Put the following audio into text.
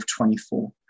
24